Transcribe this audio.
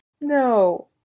No